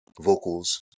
vocals